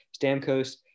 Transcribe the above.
Stamkos